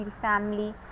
family